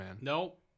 Nope